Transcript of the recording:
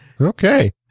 Okay